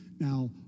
Now